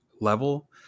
level